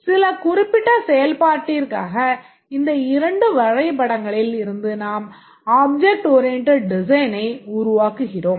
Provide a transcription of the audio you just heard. சில குறிப்பிட்ட செயல்பாட்டிற்காக இந்த இரண்டு வரைபடங்களில் இருந்து நாம் ஆப்ஜெக்ட் ஓரியண்டட் டிசைன்னை உருவாக்குகின்றோம்